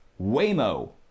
Waymo